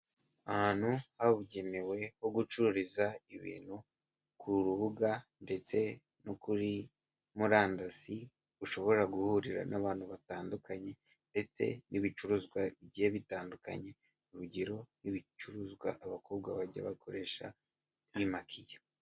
Ahantu habugenewe ho gucururiza ibintu ku rubuga ndetse no kuri murandasi ushobora guhurira n'abantu batandukanye ndetse n'ibicuruzwa bigiye bitandukanye urugero nk'ibicuruzwa abakobwa bajya bakoresha bimakiya.